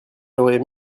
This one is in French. aurait